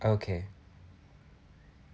okay